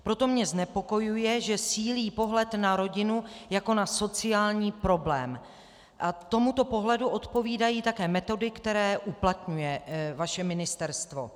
Proto mě znepokojuje, že sílí pohled na rodinu jako na sociální problém, a tomuto pohledu odpovídají také metody, které uplatňuje vaše ministerstvo.